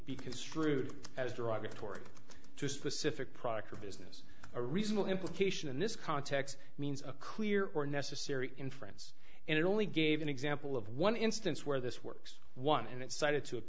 be construed as derogatory to a specific product or business a reasonable implication in this context means a clear or necessary inference and it only gave an example of one instance where this works one and it cited two